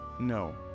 no